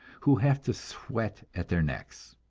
who have to sweat at their necks.